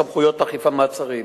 (סמכויות אכיפה, מעצרים)